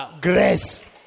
grace